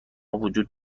وجود